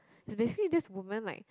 basically this woman like